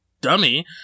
dummy